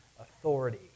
authority